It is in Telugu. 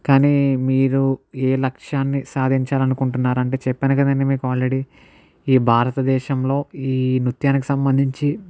కానీ మీరు ఏ లక్ష్యాన్ని సాధించాలని అనుకుంటున్నారు అంటే చెప్పాను కదా అండి మీకు ఆల్రెడీ ఈ భారతదేశంలో ఈ నృత్యానికి సంబంధించి